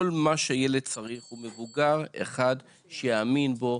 כל מה שילד צריך הוא מבוגר אחד שיאמין בו.